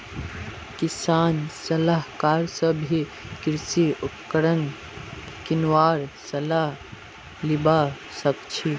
किसान सलाहकार स भी कृषि उपकरण किनवार सलाह लिबा सखछी